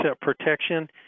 protection